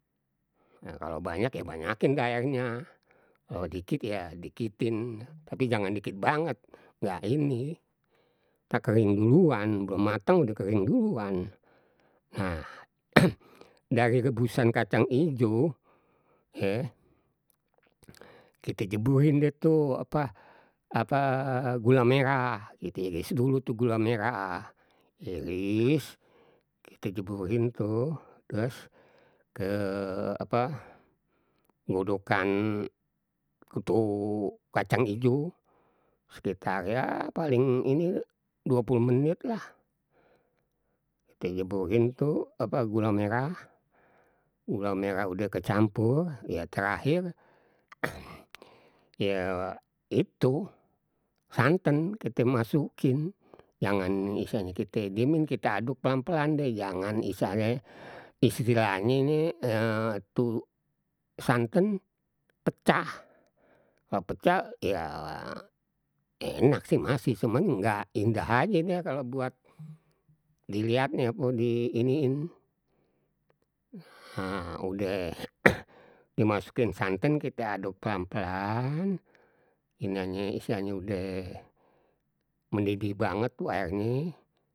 Nah kalau banyak ya banakin dah airnya, kalau dikit ya dikitin tapi jangan dikit banget nggak ini natr kering duluan, belum mateng udah kering duluan. Nah dari rebusan kacang ijo eh kite jeburin deh tu apa apa gula merah, diiris dulu tuh gula merah, diiris kite jeburin tuh trus ke apa godokan kuto kacang ijo sekitar ya paling ini dua puluh menit lah, kite jeburin tuh apa gula merah, gula merah udah kecampur ya terahkir ya itu santen kite masukin jangan istilahnye kita diemin, kita aduk pelan- pelan deh jangan istilahnye istilahnye istilahnye ni tu santen pecah kalau pecah ya enak sih masih cuman ngak indah aje kalau buat diliatnye apa di iniin, ha udeh dimasukin santen kite aduk pelan- pelan iniannye istilahnye udeh mendidih banget tu airnye.